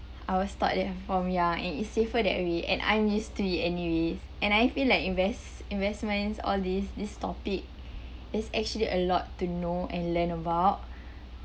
I was taught that from ya and it's safer that way and I'm used to it anyways and I feel like invest investments all this this topic is actually a lot to know and learn about